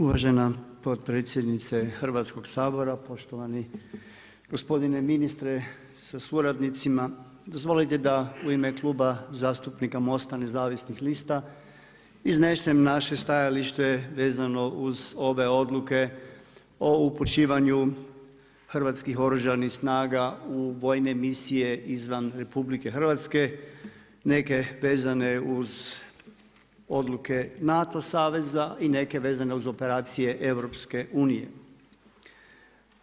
Uvažena potpredsjednice Hrvatskog sabora, poštovani gospodine ministre sa suradnicima, dozvolite da u ime Kluba zastupnika MOST-a nezavisnih lista, iznesem naše stajalište vezano uz ove odluke o upućivanju hrvatskih Oružanih snaga u vojne misije izvan RH, neke vezane uz odluke NATO saveza i neke vezane uz operacije EU-a.